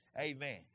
Amen